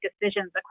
decisions